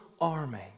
army